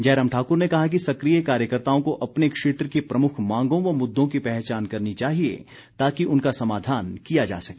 जयराम ठाकुर ने कहा कि सक्रिय कार्यकर्ताओं को अपने क्षेत्र की प्रमुख मांगों व मुद्दों की पहचान करनी चाहिए ताकि उनका समाधान किया जा सके